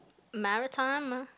Maritimer